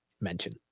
mention